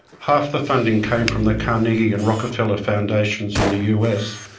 half the funding came from the carnegie and rockefeller foundations in the us,